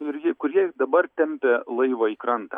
ir jie kurie ir dabar tempė laivą į krantą